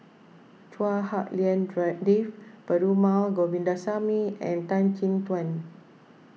Chua Hak Lien Dave Perumal Govindaswamy and Tan Chin Tuan